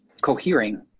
cohering